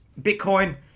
Bitcoin